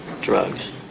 Drugs